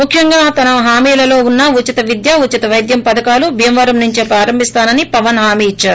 ముఖ్యంగా తన హామీలలో వున్న ఉచిత విద్య ఉచిత వైద్యం పధకాలను భీమవరం నుంచే ప్రారంభిస్తానని పవన్ హామీ ఇద్చారు